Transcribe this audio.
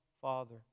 Father